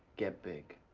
get big.